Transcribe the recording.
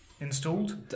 installed